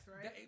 right